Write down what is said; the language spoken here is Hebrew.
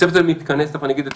הצוות הזה מתכנס, תכף אני אגיד את